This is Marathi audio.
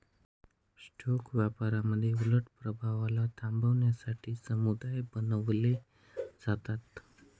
स्टॉक व्यापारामध्ये उलट प्रभावाला थांबवण्यासाठी समुदाय बनवले जातात